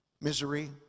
misery